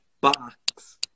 box